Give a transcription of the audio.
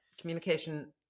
Communication